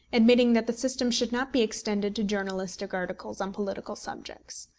admitting that the system should not be extended to journalistic articles on political subjects.